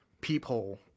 peephole